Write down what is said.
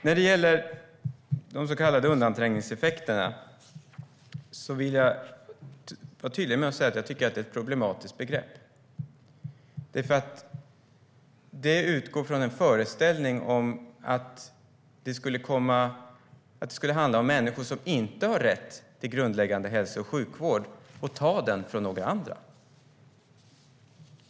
När det gäller de så kallade undanträngningseffekterna vill jag vara tydlig med att jag tycker att det är ett problematiskt begrepp. Det utgår nämligen från föreställningen att det skulle handla om att människor som inte har rätt till grundläggande hälso och sjukvård kommer och tar den från några andra.